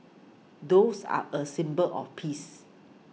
doves are a symbol of peace